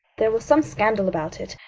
there was some scandal about it.